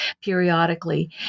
periodically